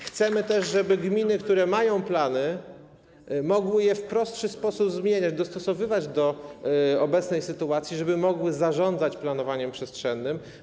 Chcemy też, żeby gminy, które mają plany, mogły je w prostszy sposób zmieniać, dostosowywać do obecnej sytuacji, żeby mogły zarządzać planowaniem przestrzennym.